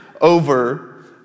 over